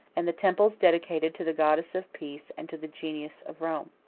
and the temples dedicated to the goddess of peace, and to the genius of rome.